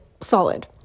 solid